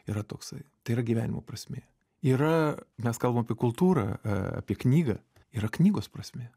yra toksai tai ir gyvenimo prasmė yra mes kalbam apie kultūrą apie knygą yra knygos prasmė